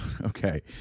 Okay